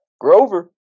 Grover